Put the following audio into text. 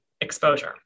exposure